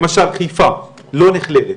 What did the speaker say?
למשל חיפה לא נכללת.